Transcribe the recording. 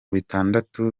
bitandatu